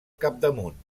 capdamunt